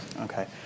Okay